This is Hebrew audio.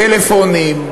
טלפונים,